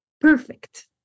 perfect